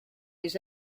les